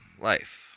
life